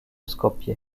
skopje